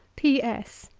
p s.